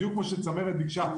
בדיוק כמו שצמרת ביקשה,